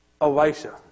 Elisha